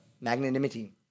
Magnanimity